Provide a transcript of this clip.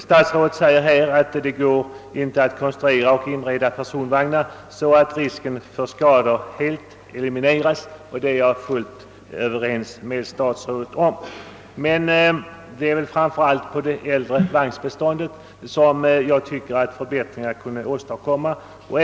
Statsrådet säger att det inte går att konstruera och inreda personvagnar så att risken för skador helt elimineras. Det är jag helt överens med statsrådet om. Men det är framför allt på det äldre sovvagnsbeståndet som jag anser att förbättringar behövs och bör göras.